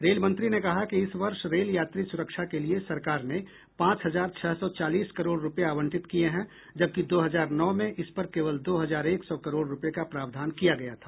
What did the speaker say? रेलमंत्री ने कहा कि इस वर्ष रेल यात्री सुरक्षा के लिए सरकार ने पांच हजार छह सौ चालीस करोड़ रूपये आवंटित किए हैं जबकि दो हजार नौ में इस पर केवल दो हजार एक सौ करोड़ रूपये का प्रावधान किया गया था